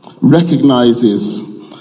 recognizes